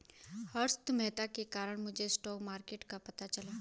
हर्षद मेहता के कारण मुझे स्टॉक मार्केट का पता चला